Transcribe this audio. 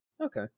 okay